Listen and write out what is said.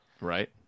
Right